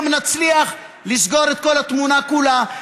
גם נצליח לסגור את כל התמונה כולה.